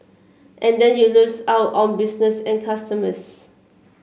and then you lose out on business and customers